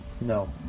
No